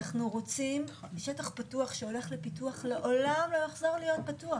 אנחנו רוצים שטח פתוח שהולך לפיתוח לעולם לא יחזור להיות פתוח.